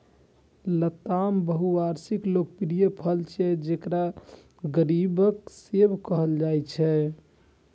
लताम बहुवार्षिक लोकप्रिय फल छियै, जेकरा गरीबक सेब कहल जाइ छै